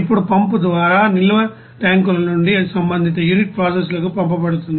ఇప్పుడు పంపు ద్వారా నిల్వ ట్యాంకుల నుండి అది సంబంధిత యూనిట్ ప్రాసెస్లకు పంపబడుతుంది